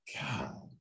God